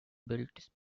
built